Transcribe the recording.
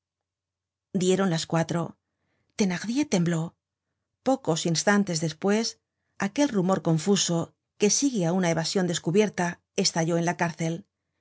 dieron las cuatro thenardier tembló pocos instantes despues aquel rumor confuso que sigue á una evasion descubierta estalló en la cárcel